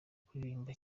kuririmba